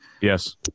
Yes